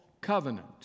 covenant